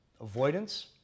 avoidance